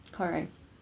correct